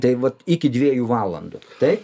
tai vat iki dviejų valandų tai